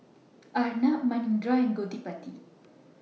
Arnab Manindra and Gottipati